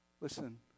listen